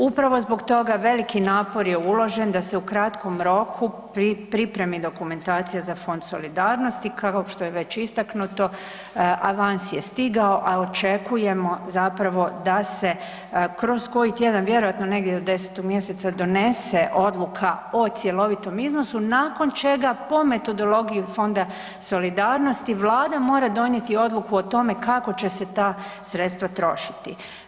Upravo zbog toga veliki napor je uložen da se u kratkom roku pripremi dokumentacija za Fond solidarnosti, kao što je već istaknuto avans je stigao, a očekujemo zapravo da se kroz koji tjedan, vjerojatno negdje do 10. mjeseca, donese odluka o cjelovitom iznosu nakon čega po metodologiji Fonda solidarnosti vlada mora donijeti odluku o tome kako će se ta sredstva trošiti.